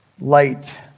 Light